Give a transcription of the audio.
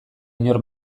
inor